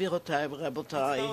גבירותי ורבותי,